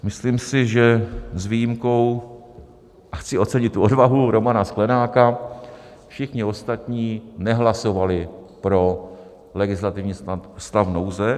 Myslím si, že s výjimkou a chci ocenit tu odvahu Romana Sklenáka všichni ostatní nehlasovali pro stav legislativní nouze.